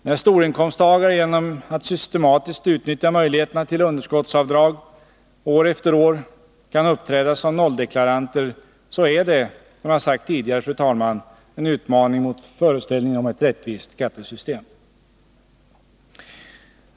När storinkomsttagare genom att systematiskt utnyttja möjligheterna till underskottsavdrag år efter år kan uppträda som nolldeklaranter är det, som jag har sagt tidigare, fru talman, en utmaning mot föreställningen om ett rättvist skattesystem.